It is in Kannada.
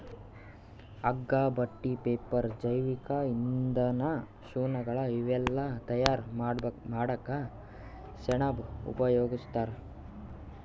ಹಗ್ಗಾ ಬಟ್ಟಿ ಪೇಪರ್ ಜೈವಿಕ್ ಇಂಧನ್ ಶೂಗಳ್ ಇವೆಲ್ಲಾ ತಯಾರ್ ಮಾಡಕ್ಕ್ ಸೆಣಬ್ ಉಪಯೋಗಸ್ತಾರ್